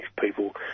people